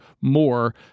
more